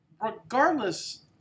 regardless